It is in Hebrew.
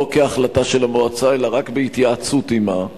לא כהחלטה של המועצה אלא רק בהתייעצות עמה,